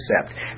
accept